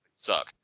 suck